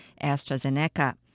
AstraZeneca